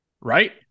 Right